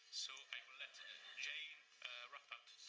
so i will let jane wrap up.